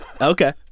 Okay